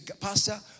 Pastor